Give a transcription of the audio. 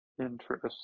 interest